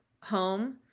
home